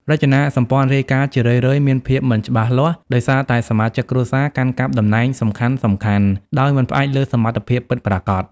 រចនាសម្ព័ន្ធរាយការណ៍ជារឿយៗមានភាពមិនច្បាស់លាស់ ដោយសារតែសមាជិកគ្រួសារកាន់កាប់តំណែងសំខាន់ៗដោយមិនផ្អែកលើសមត្ថភាពពិតប្រាកដ។